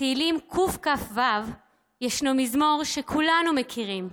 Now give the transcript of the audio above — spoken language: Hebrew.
בתהילים קכ"ו ישנו מזמור שכולנו מכירים: